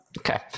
Okay